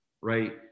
right